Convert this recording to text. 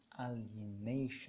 alienation